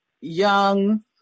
young